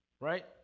right